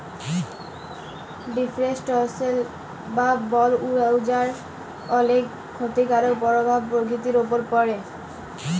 deforestation বা বল উজাড় অলেক খ্যতিকারক পরভাব পরকিতির উপর পড়ে